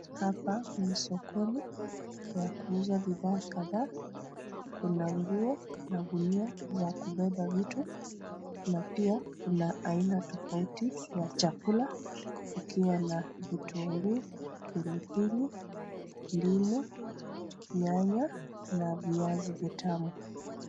Hapa ni darasani ambapo